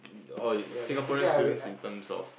oh Singaporean students in terms of